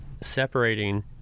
separating